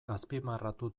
azpimarratu